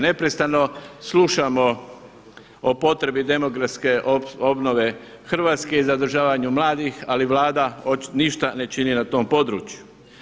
Neprestano slušamo o potrebi demografske obnove Hrvatske i zadržavanju mladih ali Vlada ništa ne čini na tom području.